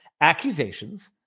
accusations